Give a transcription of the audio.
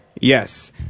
Yes